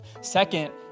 Second